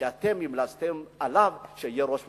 כי אתם המלצתם עליו שיהיה ראש ממשלה.